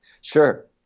Sure